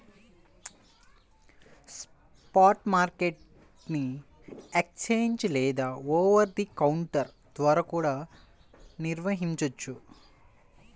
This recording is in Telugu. స్పాట్ మార్కెట్ ని ఎక్స్ఛేంజ్ లేదా ఓవర్ ది కౌంటర్ ద్వారా కూడా నిర్వహించొచ్చు